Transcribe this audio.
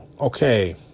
Okay